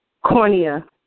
Cornea